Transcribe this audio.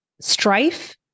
strife